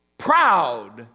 proud